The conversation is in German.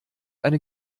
eine